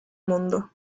mundo